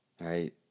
right